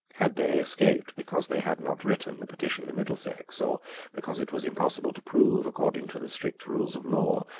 had they escaped because they had not written the petition in middlesex, or because it was impossible to prove, according to the strict rules of law,